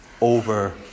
over